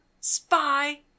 spy